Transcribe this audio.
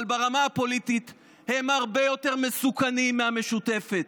אבל ברמה הפוליטית הם הרבה יותר מסוכנים מהמשותפת.